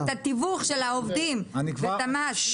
צריך להוריד את התיווך של העובדים ואת המס,